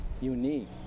Unique